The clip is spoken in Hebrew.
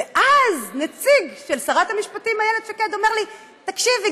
ואז נציג של שרת המשפטים איילת שקד אומר לי: תקשיבי,